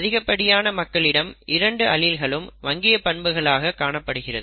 அதிகப்படியான மக்களிடம் 2 அலீல்களும் மங்கிய பண்புகளாக காணப்படுகிறது